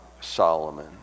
Solomon